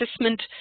Assessment